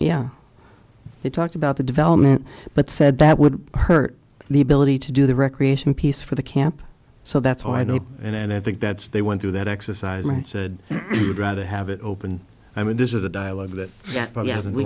yeah they talked about the development but said that would hurt the ability to do the recreation piece for the camp so that's why i know and i think that's they went through that exercise and said he would rather have it open i mean this is a dialogue that